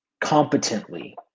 competently